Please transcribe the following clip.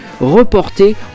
reporté